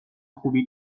خوبی